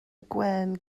gwên